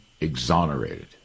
exonerated